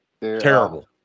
terrible